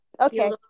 okay